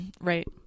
Right